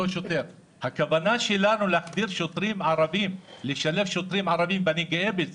הכוונה שלנו לשלב שוטרים ערבים, ואני גאה בזה